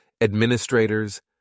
administrators